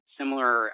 similar